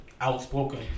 outspoken